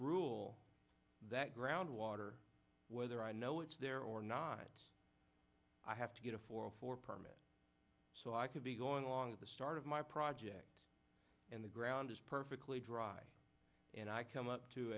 rule that ground water whether i know it's there or not i have to get a four for permit so i could be going along with the start of my project and the ground is perfectly dry and i come up to